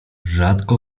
rzadko